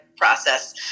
process